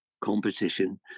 competition